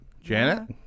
Janet